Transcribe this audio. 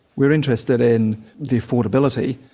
we're interested in the affordability,